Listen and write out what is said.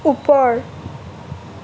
ওপৰ